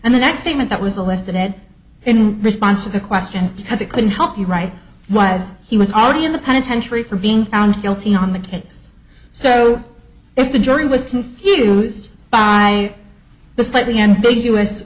and the next statement that was a less than ed in response to the question because it couldn't help you right was he was already in the penitentiary for being found guilty on the case so if the jury was confused by the slightly ambiguous